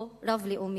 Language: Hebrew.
או רב-לאומית.